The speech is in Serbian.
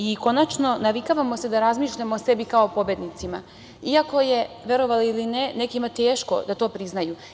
I konačno navikavamo se da razmišljamo o sebi kao o pobednicima, iako je, verovali ili ne, nekima teško da to priznaju.